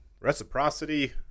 reciprocity